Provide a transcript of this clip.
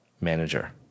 manager